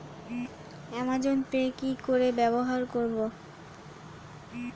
Amazon pay কি করে ব্যবহার করব?